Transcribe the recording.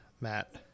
Matt